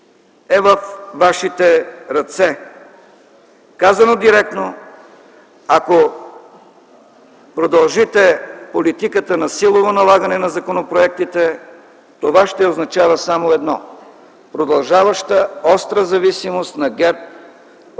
е във вашите ръце. Казано директно, ако продължите политиката на силово налагане на законопроектите, това ще означава само едно – продължаваща остра зависимост на ГЕРБ